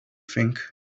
think